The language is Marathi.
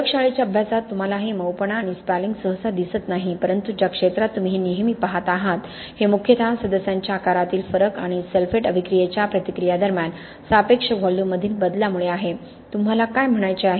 प्रयोगशाळेच्या अभ्यासात तुम्हाला हे मऊपणा आणि स्पॅलिंग सहसा दिसत नाही परंतु ज्या क्षेत्रात तुम्ही हे नेहमी पाहत आहात हे मुख्यतः सदस्यांच्या आकारातील फरक आणि सल्फेट अभिक्रियेच्या प्रतिक्रियेदरम्यान सापेक्ष व्हॉल्यूममधील बदलामुळे आहे तुम्हाला काय म्हणायचे आहे